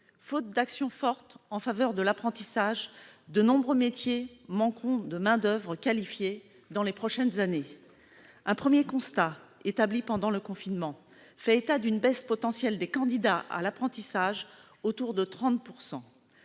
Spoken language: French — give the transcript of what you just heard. Faute d'action forte en faveur de l'apprentissage, de nombreux métiers manqueront de main-d'oeuvre qualifiée dans les prochaines années. Un premier constat établi pendant le confinement fait état d'une baisse potentielle des candidats à l'apprentissage autour de 30 %.